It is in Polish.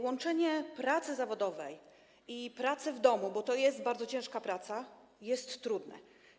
Łączenie pracy zawodowej i pracy w domu, bo to jest bardzo ciężka praca, jest trudne.